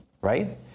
right